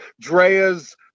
Drea's